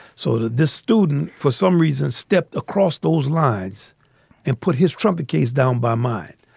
so this student for some reason stepped across those lines and put his trumpet case down by mine.